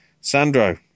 Sandro